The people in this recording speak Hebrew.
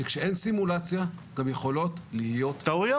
שכשאין סימולציה גם יכולות להיות טעויות.